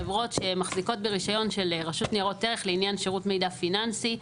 חברות שמחזיקות ברישיון של רשות ניירות ערך לעניין שירות מידע פיננסי.